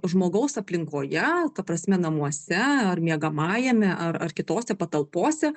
žmogaus aplinkoje ta prasme namuose ar miegamajame ar kitose patalpose